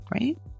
Right